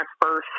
first